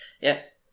Yes